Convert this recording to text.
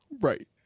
Right